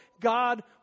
God